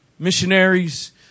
Missionaries